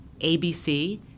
ABC